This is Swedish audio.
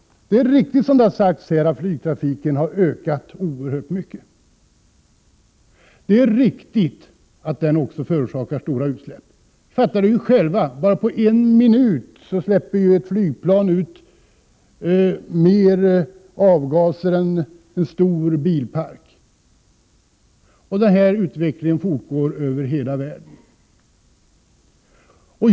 Det som sagts här är riktigt, dvs. att flygtrafiken har ökat oerhört mycket. Men det är också riktigt att den förorsakar stora utsläpp. Det kan ju var och en förstå. Bara på en minut släpper ett flygplan ut mer avgaser än en stor bilpark gör. Denna utveckling fortgår över hela världen.